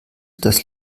das